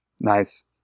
nice